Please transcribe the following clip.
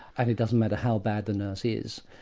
and it doesn't matter how bad the nurse is.